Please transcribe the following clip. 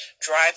drive